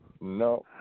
No